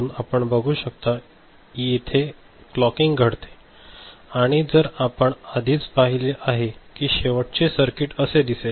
आपण बघू शकता इथे क्लॉकिंग घडते आणि जसे आपण आधीच पाहिले आहे कि शेवटचे सर्किट असे दिसेल